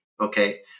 okay